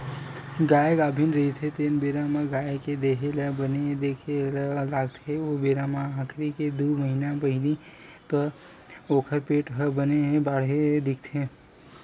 गाय गाभिन रहिथे तेन बेरा म गाय के देहे ल बने देखे ल लागथे ओ बेरा म आखिरी के दू महिना पहिली तक ओखर पेट ह बने बाड़हे दिखथे